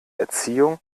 erziehung